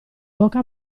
bocca